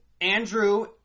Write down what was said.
Andrew